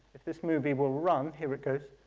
if this movie will run. here it goes.